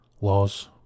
Laws